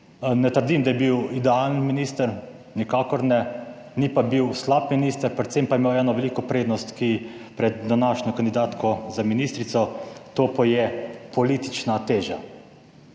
Ne trdim, da je bil idealen minister, nikakor ne, ni pa bil slab minister, predvsem pa je imel eno veliko prednost pred današnjo kandidatko za ministrico, to pa je politična 37.